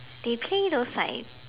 they play those like